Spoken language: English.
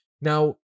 Now